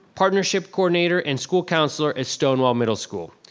partnership coordinator and school counselor at stonewall middle school.